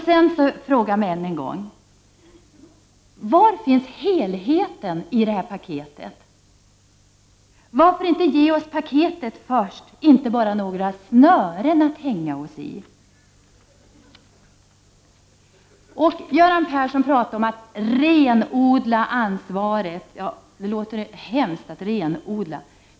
Jag frågar mig än en gång: Var finns helheten i detta paket? Varför inte ge oss paketet först och inte bara snören att hänga oss i! Göran Persson talade om att renodla ansvaret. Jag tycker det låter hemskt.